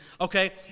okay